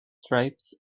stripes